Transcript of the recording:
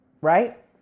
right